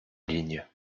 ligne